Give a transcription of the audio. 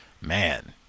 man